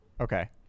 Okay